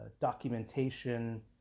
documentation